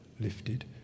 lifted